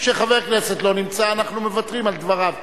כשחבר כנסת לא נמצא אנחנו מוותרים על דבריו.